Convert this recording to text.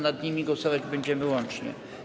Nad nimi głosować będziemy łącznie.